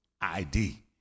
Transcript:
ID